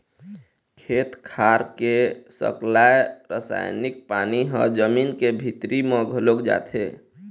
खेत खार के सकलाय रसायनिक पानी ह जमीन के भीतरी म घलोक जाथे